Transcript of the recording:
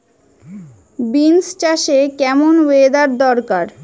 Beans চাষে কেমন weather দরকার?